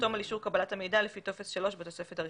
יחתום על אישור קבלת המידע לפי טופס 3 בתוספת הראשונה,